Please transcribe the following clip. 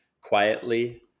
quietly